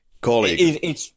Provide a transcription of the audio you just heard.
colleague